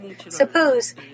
Suppose